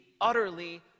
utterly